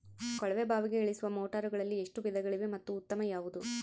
ಕೊಳವೆ ಬಾವಿಗೆ ಇಳಿಸುವ ಮೋಟಾರುಗಳಲ್ಲಿ ಎಷ್ಟು ವಿಧಗಳಿವೆ ಮತ್ತು ಉತ್ತಮ ಯಾವುದು?